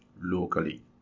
locally